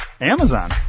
Amazon